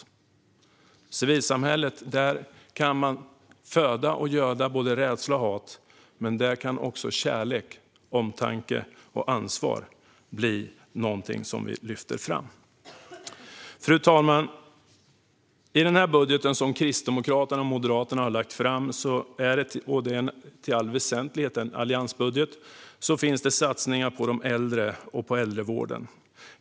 I civilsamhället kan man föda och göda både rädsla och hat, men där kan också kärlek, omtanke och ansvar bli någonting som vi lyfter fram. I den budget som Kristdemokraterna och Moderaterna har lagt fram, som i allt väsentligt är en alliansbudget, finns det satsningar på de äldre och på äldrevården.